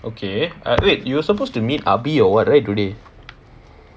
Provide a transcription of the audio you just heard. okay I wait you were supposed to meet ah bee or what right today